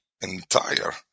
entire